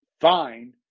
fine